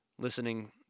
listening